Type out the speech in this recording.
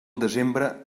desembre